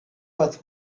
was